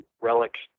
relics